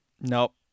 Nope